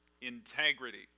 Integrity